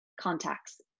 contacts